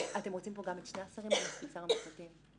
אתם רוצים פה גם את שני השרים או רק את שר המשפטים בהיוועצות?